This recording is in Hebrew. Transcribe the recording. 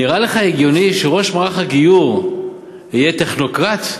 נראה לך הגיוני שראש מערך הגיור יהיה טכנוקרט?